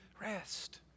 rest